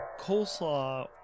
Coleslaw